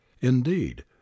indeed